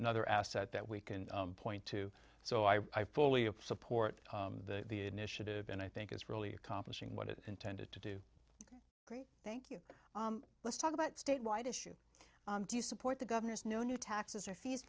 a nother asset that we can point to so i fully support the initiative and i think it's really accomplishing what is intended to do great thank you let's talk about statewide issue do you support the governor's no new taxes or fee